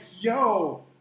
yo